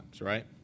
right